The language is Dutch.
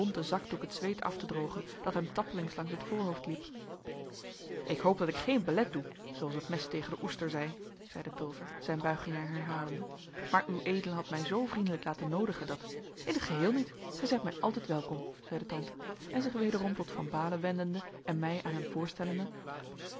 zakdoek het zweet af te drogen dat hem tappelings langs het voorhoofd liep ik hoop dat ik geen belet doe zooals het mes tegen den oester zei zeide pulver zijn buigingen herhalende maar ued had mij zoo vriendelijk laten noodigen dat in t geheel niet gij zijt mij altijd welkom zeide tante en zich wederom tot van baalen wendende en mij aan hem voorstellende